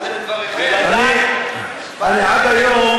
אני עד היום